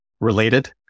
Related